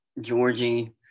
Georgie